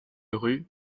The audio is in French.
rue